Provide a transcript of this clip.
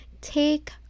Take